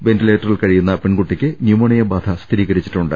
വെന്റിലേറ്ററിൽ കഴിയുന്ന പെൺകുട്ടിക്ക് ന്യൂമോണിയ ബാധ സ്ഥിരീകരിച്ചിട്ടുണ്ട്